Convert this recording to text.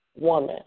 woman